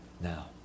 Now